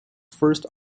first